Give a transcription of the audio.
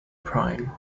prime